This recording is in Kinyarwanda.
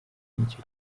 n’icyo